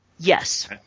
Yes